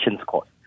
Court